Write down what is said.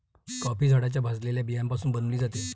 coffee झाडाच्या भाजलेल्या बियाण्यापासून बनविली जाते